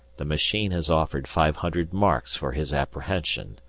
the machine has offered five hundred marks for his apprehension